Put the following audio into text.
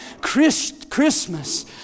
Christmas